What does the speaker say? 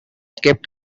kept